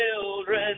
children